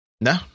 no